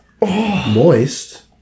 moist